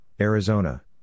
Arizona